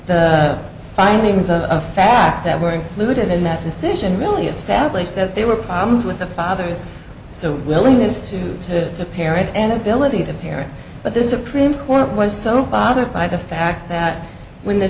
the findings of fact that were included in that decision really established that there were problems with the father's so willingness to to parent and ability to parent but this supreme court was so bothered by the fact that when the